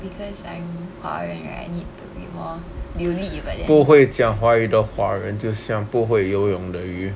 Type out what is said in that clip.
because I'm 华人 right I need to be more 流利 like that